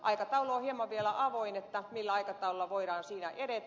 aikataulu on hieman vielä avoin millä aikataululla voidaan siinä edetä